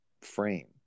frame